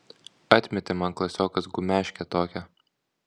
atmetė man klasiokas gumeškę tokią